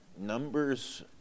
numbers